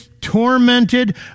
tormented